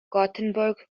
gothenburg